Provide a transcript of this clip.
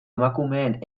emakumeen